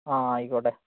ആ ആയിക്കോട്ടെ